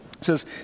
says